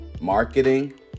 marketing